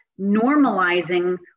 normalizing